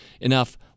enough